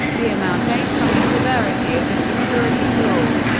the amount based on the severity of the security flaw.